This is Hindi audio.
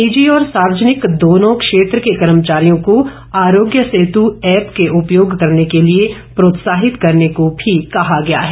निजी और सार्वजनिक दोनों क्षेत्र के कर्मचारियों को आरोग्य सेतु ऐप के उपयोग करने के लिए प्रोत्साहित करने को भी कहा गया है